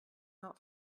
not